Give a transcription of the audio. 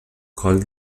coll